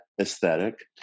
aesthetic